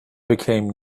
became